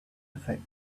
affect